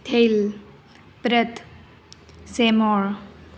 थैल प्रॅथ सेमॉळ